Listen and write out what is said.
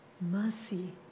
mercy